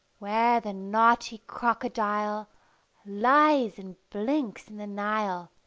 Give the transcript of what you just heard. where the knotty crocodile lies and blinks in the nile,